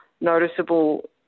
noticeable